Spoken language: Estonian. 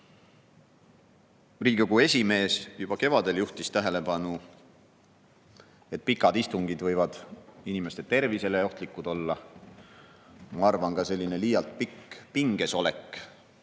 Riigikogu esimees juhtis juba kevadel tähelepanu sellele, et pikad istungid võivad inimeste tervisele ohtlikud olla. Ma arvan, ka selline liialt pikk pinges olek,